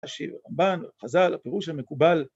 ‫השיר הרמבן, החזל, הפירוש המקובל.